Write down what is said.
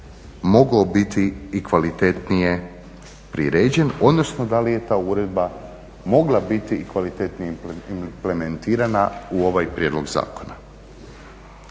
mogao biti i kvalitetnije priređen, odnosno da li je ta uredba mogla biti i kvalitetnije implementirana u ovaj prijedlog zakona?